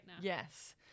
Yes